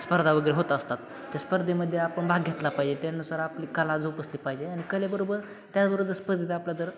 स्पर्धा वगैरे होत असतात ते स्पर्धेमध्ये आपण भाग घेतला पाहिजे त्यानुसार आपली कला जोपासली पाहिजे आणि कलेबरोबर त्याचबरोबर जर स्पर्धेचा आपला जर